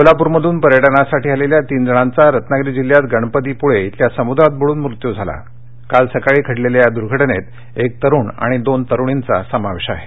कोल्हाप्रमध्रन पर्यटनासाठी आलेल्या तीन जणांचा रत्नागिरी जिल्ह्यात गणपतीपुळे इथल्या समुद्रात बुड्रन मृत्यू झाला काल सकाळी घडलेल्या या दुर्घटनेत एक तरुण आणि दोन तरुणींचा समावेश आहे